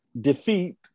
defeat